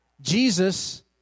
Jesus